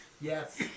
yes